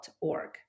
org